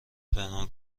پنهان